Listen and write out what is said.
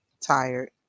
Tired